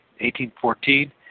1814